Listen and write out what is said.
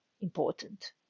important